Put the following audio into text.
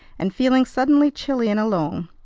and feeling suddenly chilly and alone.